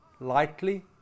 lightly